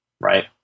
right